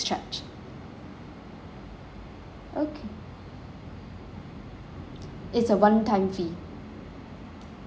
okay it's a one time fee